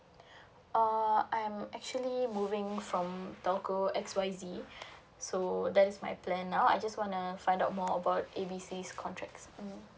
uh I'm actually moving from telco X Y Z so that's my plan now I just wanna find out more about A B C's contracts mm